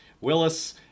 Willis